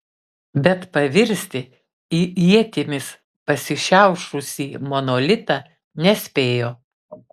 bet pavirsti į ietimis pasišiaušusį monolitą nespėjo